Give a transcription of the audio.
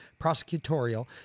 prosecutorial